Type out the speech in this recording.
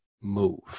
move